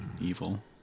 Evil